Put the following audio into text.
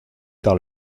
par